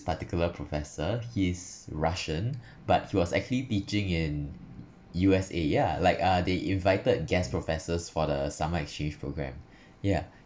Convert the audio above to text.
particular professor he's russian but he was actually teaching in U_S_A ya like uh they invited guest professors for the summer exchange program yeah